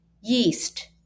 Yeast